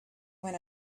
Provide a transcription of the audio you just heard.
when